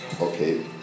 okay